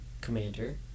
commander